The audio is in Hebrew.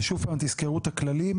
ושוב פעם, תזכרו את הדברים,